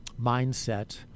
mindset